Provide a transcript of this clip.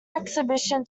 exhibition